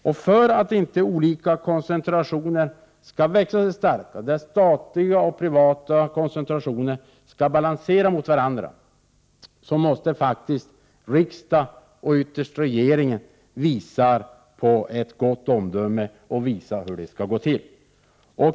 Och för att inte olika koncentrationer skall växa sig starkare, där statliga och privata koncentrationer skall balansera mot varandra, måste riksdagen och ytterst regeringen visa ett gott omdöme och visa hur det skall gå till.